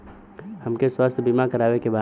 हमके स्वास्थ्य बीमा करावे के बा?